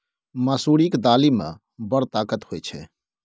मसुरीक दालि मे बड़ ताकत होए छै